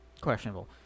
Questionable